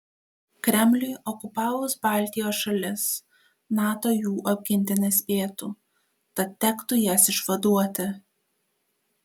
kremliui okupavus baltijos šalis nato jų apginti nespėtų tad tektų jas išvaduoti